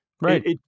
Right